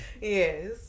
Yes